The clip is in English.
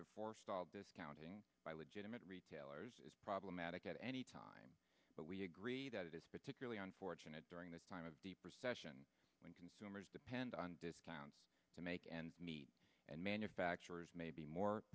to forestall discounting by legitimate retailers is problematic at any time but we agree that it is particularly unfortunate during the time of deep recession when consumers depend on discounts to make ends meet and manufacturers may be more